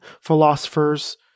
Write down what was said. philosophers